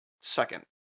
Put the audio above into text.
second